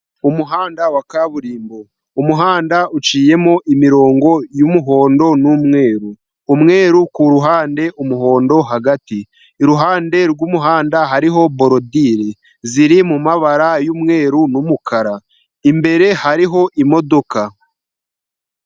Umuhanda wa kaburimbo. Umuhanda uciyemo imirongo y'umuhondo n'umweru. Umweru ku ruhande, umuhondo hagati. Iruhande rw'umuhanda hariho borodire ziri mu mabara y'umweru n'umukara. Imbere hariho imodoka.